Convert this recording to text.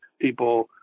people